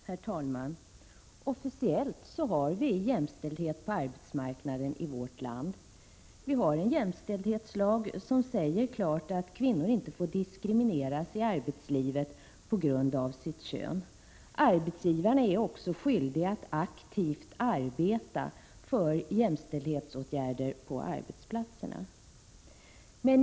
Herr talman! Officiellt har vi jämställdhet på arbetsmarknaden i vårt land. Vi har en jämställdhetslag som säger att kvinnor inte får diskrimineras i arbetslivet på grund av sitt kön. Arbetsgivarna är också skyldiga att aktivt arbeta för jämställdhetsåtgärder på arbetsplatserna.